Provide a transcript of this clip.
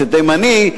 שתימני,